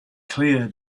clear